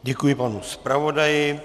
Děkuji panu zpravodaji.